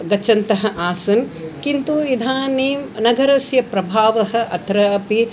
गच्छन्तः आसन् किन्तु इदानीं नगरस्य प्रभावः अत्रापि